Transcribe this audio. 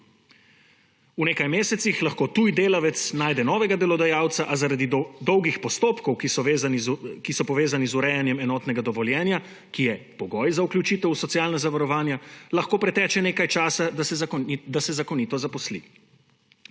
V nekaj mesecih lahko tuji delavec najde novega delodajalca, a zaradi dolgih postopkov, ki so povezani z urejanjem enotnega dovoljenja, ki je pogoj za vključitev v socialna zavarovanja, lahko preteče nekaj časa, da se zakonito zaposli.